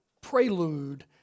prelude